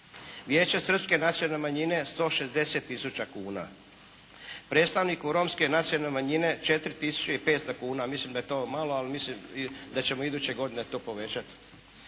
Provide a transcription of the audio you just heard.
Vijeće srpske nacionalne manjine 160 tisuća kuna. Predstavniku romske nacionalne manjine 4 tisuće i 500 kuna. Mislim da je to malo, ali mislim da ćemo iduće godine to povećat.